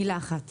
מילה אחת.